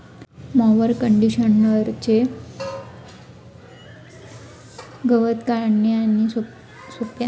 mower कंडिशनरचे गवत कापणे आणि सुकणे सोपे आहे